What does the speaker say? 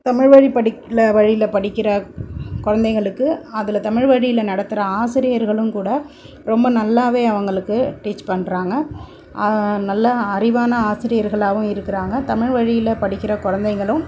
தமிழ்வழி படிக்ல வழியில் படிக்கின்ற குழந்தைங்களுக்கு அதில் தமிழ்வழியில நடத்துகிற ஆசிரியர்களுங்கூட ரொம்ப நல்லாவே அவங்களுக்கு டீச் பண்ணுறாங்க அதை நல்லா அறிவான ஆசிரியர்களாவும் இருக்கிறாங்க தமிழ் வழியில் படிக்கின்ற குழந்தைங்களும்